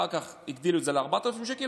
אחר כך הגדילו את זה ל-4,000 שקל,